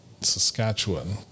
Saskatchewan